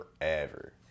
forever